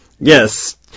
Yes